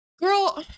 Girl